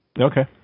Okay